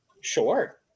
Sure